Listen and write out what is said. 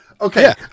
Okay